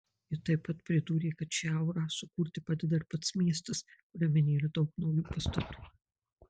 ji taip pat pridūrė kad šią aurą sukurti padeda ir pats miestas kuriame nėra daug naujų pastatų